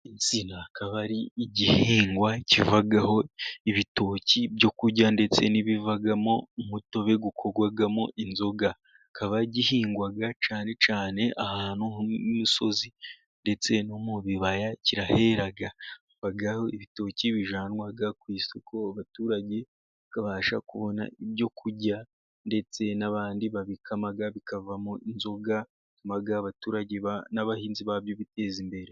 Insina akaba ari igihingwa kivaho ibitoki byo kurya ndetse n'ibivamo umutobe ukorwamo inzoga, akaba gihingwa cyane cyane ahantu h'imisozi ndetse no mu bibaya kirahera haba ibitoki bijyanwa ku isoko, abaturage babasha kubona ibyo kurya ndetse n'abandi barabikama bivamo inzo bituma abaturage n'abahinzi babyo biteza imbere.